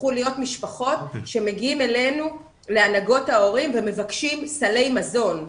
הפכו להיות משפחות שמגיעות אלינו להנהגות ההורים ומבקשות סלי מזון.